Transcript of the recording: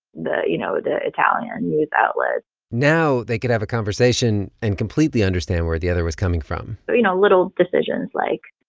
you know, the italian news outlets now they could have a conversation and completely understand where the other was coming from but you know, little decisions. like,